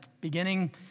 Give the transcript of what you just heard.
beginning